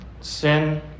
sin